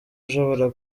ushobora